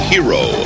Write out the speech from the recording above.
Hero